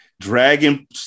Dragon